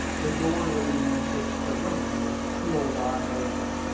the door leading into the saloon was still wide open.